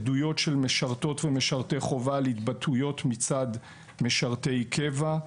עדויות של משרתות ומשרתי חובה על התבטאויות מצד משרתי קבע.